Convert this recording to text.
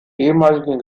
ehemaligen